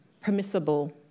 permissible